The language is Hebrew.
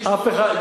אף אחד.